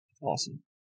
Awesome